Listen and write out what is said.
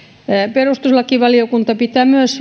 perustuslakivaliokunta pitää myös